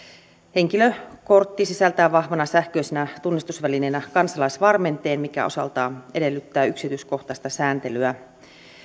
henkilökortti sisältää vahvana sähköisenä tunnistusvälineenä kansalaisvarmenteen mikä osaltaan edellyttää yksityiskohtaista sääntelyä